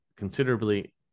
Considerably